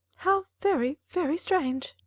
how very, very strange.